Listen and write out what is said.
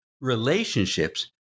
Relationships